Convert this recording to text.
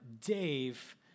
Dave